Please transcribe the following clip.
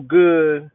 good